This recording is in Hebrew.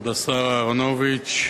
כבוד השר אהרונוביץ,